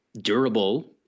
durable